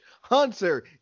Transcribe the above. Hunter